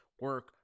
Work